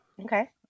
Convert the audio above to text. Okay